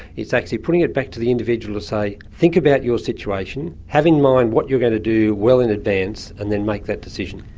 it's actually putting it back to the individual to say think about your situation, have in mind what you're going to do well in advance, and then make that decision.